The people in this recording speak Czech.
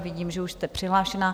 Vidím, že už jste přihlášená.